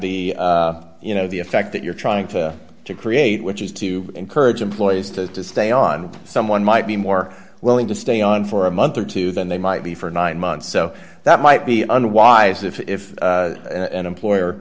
have the you know the effect that you're trying to create which is to encourage employers to to stay on someone might be more willing to stay on for a month or two than they might be for nine months so that might be unwise if an employer